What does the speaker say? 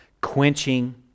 quenching